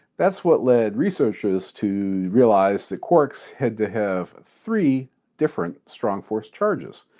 that's what led researchers to realize that quarks had to have three different strong force charges.